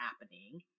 happening